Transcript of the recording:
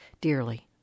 dearly